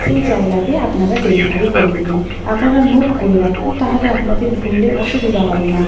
সেই জায়গাতে আপনারা ডেলিভারি করে দেবেন আপনারা নোট করে রাখুন তাহলে আপনাদের ভুললে অসুবিধা হবে না